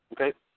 Okay